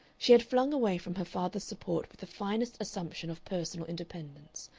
she had flung away from her father's support with the finest assumption of personal independence.